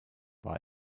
war